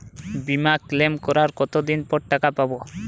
বিমা ক্লেম করার কতদিন পর টাকা পাব?